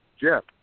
Jeff